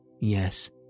Yes